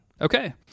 Okay